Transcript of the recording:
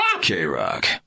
K-Rock